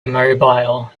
immobile